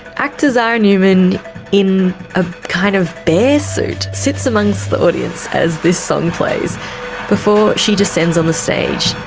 actor zahra newman in a kind of bear-suit, sits amongst the audience as this song plays before she descends on the stage,